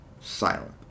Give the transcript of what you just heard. Silent